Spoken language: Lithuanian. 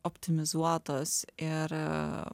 optimizuotos ir